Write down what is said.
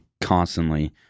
constantly